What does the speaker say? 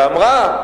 ואמרה: